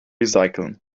recyceln